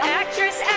actress